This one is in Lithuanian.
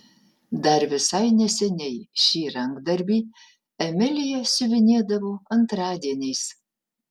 dar visai neseniai šį rankdarbį emilija siuvinėdavo antradieniais